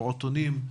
פעוטונים,